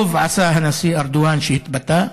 טוב עשה הנשיא ארדואן שהתבטא,